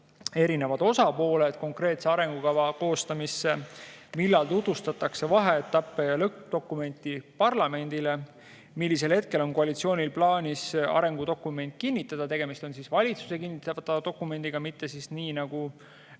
erinevad osapooled konkreetse arengukava koostamisse? Millal tutvustatakse vaheetappe ja lõppdokumenti parlamendile? Millisel hetkel on koalitsioonil plaanis arengudokument kinnitada? Tegemist on valitsuse kinnitatava dokumendiga, mitte nagu